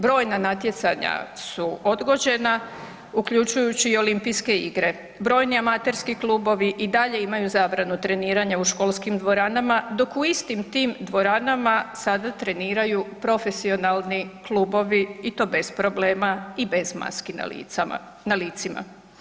Brojna natjecanja su odgođena uključujući i Olimpijske igre, brojni amaterski klubovi i dalje imaju zabranu treniranja u školskim dvoranama dok u istim tim dvorana sada treniraju profesionalni klubovi i to bez problema i bez maski na licima.